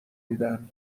میدن